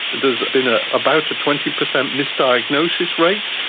there's been ah about a twenty percent misdiagnosis rate.